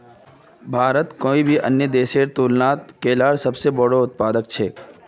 भारत कोई भी अन्य देशेर तुलनात केलार सबसे बोड़ो उत्पादक छे